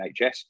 NHS